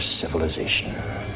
civilization